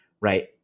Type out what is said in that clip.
right